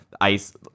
Ice